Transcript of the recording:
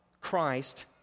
Christ